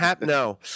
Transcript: No